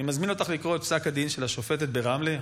אני מזמין אותך לקרוא את פסק הדין של השופטת ברמלה,